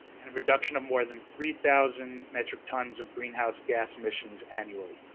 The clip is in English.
and a reduction of more than three thousand metric tons of greenhouse gas emissions annually.